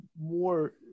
more